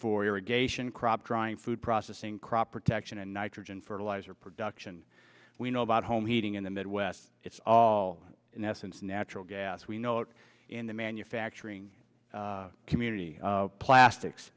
drying food processing crop protection and nitrogen fertilizer production we know about home heating in the midwest it's all in essence natural gas we note in the manufacturing community plastics